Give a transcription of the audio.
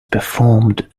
performed